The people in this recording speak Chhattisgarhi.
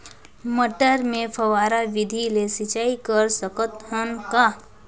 मटर मे फव्वारा विधि ले सिंचाई कर सकत हन का?